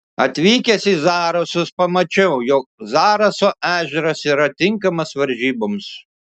atvykęs į zarasus pamačiau jog zaraso ežeras yra tinkamas varžyboms